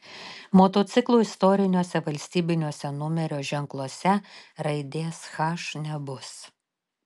motociklų istoriniuose valstybiniuose numerio ženkluose raidės h nebus